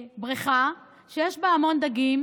בריכה שיש בה המון דגים.